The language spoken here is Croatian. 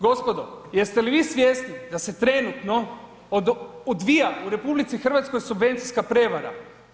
Gospodo, jeste li vi svjesni da se trenutno odbija u RH subvencijska prevara.